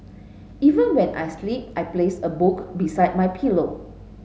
even when I sleep I place a book beside my pillow